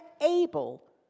able